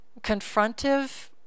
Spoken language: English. confrontive